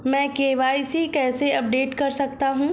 मैं के.वाई.सी कैसे अपडेट कर सकता हूं?